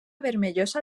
vermellosa